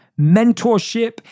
mentorship